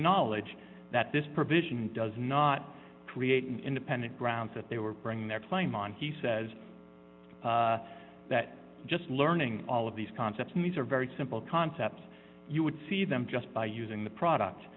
acknowledged that this provision does not create an independent grounds that they were bringing their claim on he says that just learning all of these concepts means are very simple concepts you would see them just by using the product